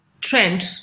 trend